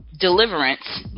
Deliverance